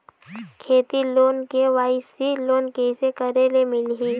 खेती loan KYC loan कइसे करे ले मिलही?